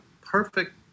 perfect